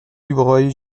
dubreuil